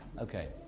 Okay